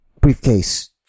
briefcase